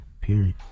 period